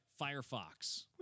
Firefox